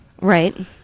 Right